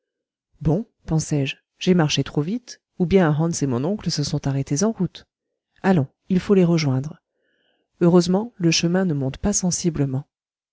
bon pensai-je j'ai marché trop vite ou bien hans et mon oncle se sont arrêtés en route allons il faut les rejoindre heureusement le chemin ne monte pas sensiblement